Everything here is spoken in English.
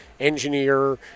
Engineer